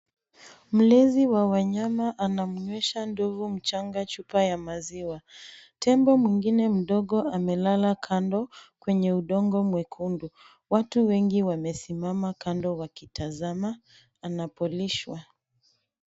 Mlezi wa wanyama anamnywesha ndovu mchanga chupa ya maziwa. Tembo mwingine mdogo amelala kando kwenye udongo mwekundu. Watu wengi wamesimama kando wakitazama anapolishwa.